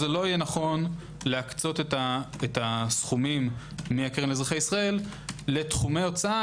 שלא יהיה נכון להקצות את הסכומים מהקרן לאזרחי ישראל לתחומי הוצאה